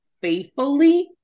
faithfully